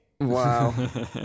wow